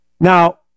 Now